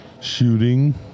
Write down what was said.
Shooting